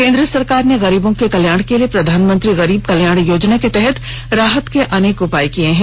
केन्द्र सरकार ने गरीबों के कल्याण के लिए प्रधानमंत्री गरीब कल्याण योजना के तहत राहत के अनेक उपाय किये हैं